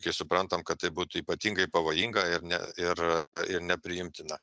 kai suprantam kad tai būtų ypatingai pavojinga ir ne ir ir nepriimtina